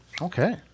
Okay